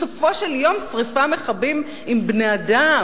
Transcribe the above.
בסופו של דבר, שרפה מכבים עם בני-אדם.